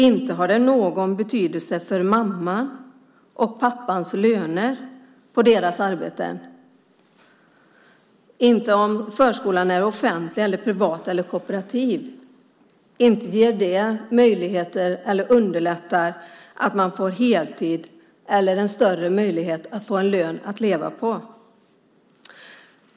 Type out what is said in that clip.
Inte har det någon betydelse för mammans och pappans löner på deras arbeten om förskolan är offentlig, privat eller kooperativ. Inte underlättar det så att man får heltid eller större möjlighet att få en lön att leva på.